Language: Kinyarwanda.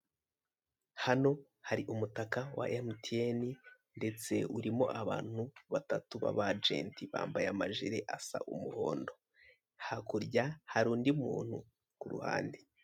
Hano hari umutaka wa MTN ndetse urimo abantu batatu baba ajenti bambaye amajire asa umuhondo hakurya harundi muntu kuruhande.